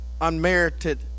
unmerited